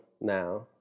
now